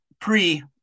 pre